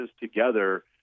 together